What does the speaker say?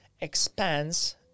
expands